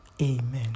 Amen